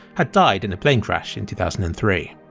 had died in a plane crash in two thousand and three.